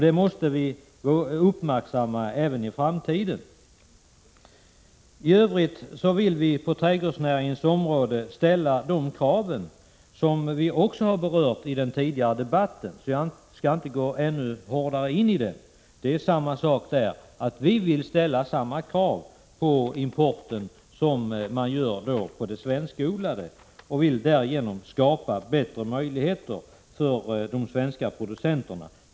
Det måste vi uppmärksamma även i framtiden. I övrigt vill vi på trädgårdsnäringens område ställa de krav som vi också har berört i den tidigare debatten. Jag skall inte gå närmare in på det. Vi vill ställa samma krav på importen som man ställer på de svenska varorna och vill därigenom skapa bättre möjligheter för de svenska producenterna.